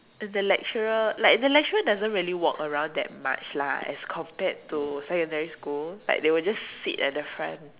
and the lecturer like the lecturer doesn't really walk around that much lah as compared to secondary school like they would just sit at the front